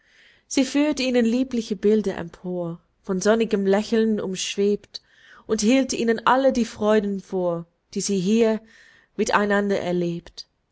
sie führt ihnen liebliche bilder empor von sonnigem lächeln umschwebt und hielt ihnen alle die freuden vor die sie hier mit einander erlebt